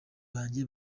banjye